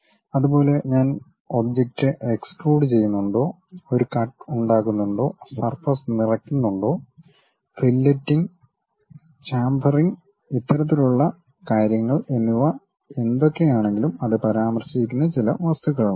അതുപോലെ ഞാൻ object extrude ചെയ്യുന്നുണ്ടോ ഒരു കട്ട് ഉണ്ടാക്കുന്നുണ്ടോ സർഫസ് നിറക്കുന്നൊണ്ടോ ഫില്ലെറ്റിങ് ഷാംഫറിംഗ് ഇത്തരത്തിലുള്ള കാര്യങ്ങൾ എന്നിവ എന്തൊക്കെയാണെങ്കിലും അത് പരാമർശിക്കുന്ന ചില വസ്തുക്കൾ ഉണ്ട്